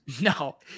No